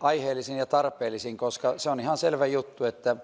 aiheellisin ja tarpeellisin koska se on ihan selvä juttu että